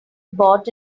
bought